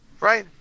right